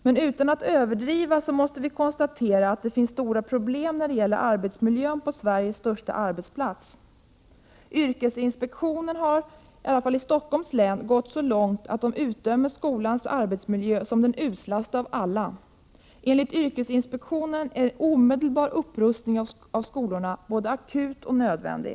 Men vi måste utan att överdriva konstatera att det finns stora problem med arbetsmiljön på Sveriges största arbetsplats. Yrkesinspektionen har, åtminstone i Stockholms län, gått så långt att den utdömer skolans arbetsmiljö som den uslaste av alla. Enligt yrkesinspektionen är en omedelbar upprustning av skolorna både akut och nödvändig.